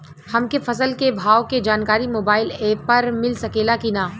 हमके फसल के भाव के जानकारी मोबाइल पर मिल सकेला की ना?